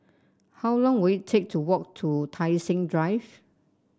how long will it take to walk to Tai Seng Drive